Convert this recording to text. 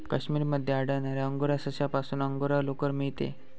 काश्मीर मध्ये आढळणाऱ्या अंगोरा सशापासून अंगोरा लोकर मिळते